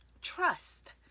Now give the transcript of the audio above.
trust